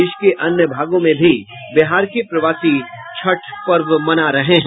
देश के अन्य भागों में भी बिहार के प्रवासी छठ पर्व मना रहे हैं